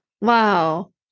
Wow